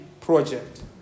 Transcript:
project